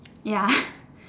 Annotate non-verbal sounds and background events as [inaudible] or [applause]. ya [breath]